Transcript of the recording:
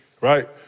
right